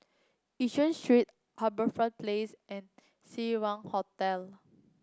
Yishun Street HarbourFront Place and Seng Wah Hotel